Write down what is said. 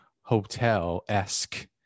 hotel-esque